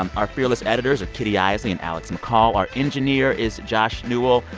um our fearless editors are kitty eisele and alex mccall. our engineer is josh newell.